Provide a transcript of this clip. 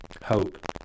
hope